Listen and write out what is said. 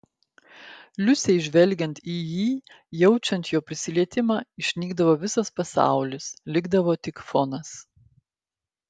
liusei žvelgiant į jį jaučiant jo prisilietimą išnykdavo visas pasaulis likdavo tik fonas